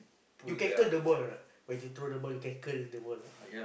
you can curl the ball or not when you throw the ball you can curl the ball or not